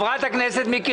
הכנסת מיקי